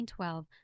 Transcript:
1912